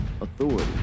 authority